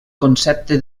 concepte